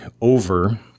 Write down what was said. Over